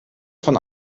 von